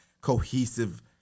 cohesive